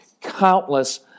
countless